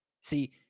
See